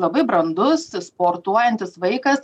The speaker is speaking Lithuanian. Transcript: labai brandus sportuojantis vaikas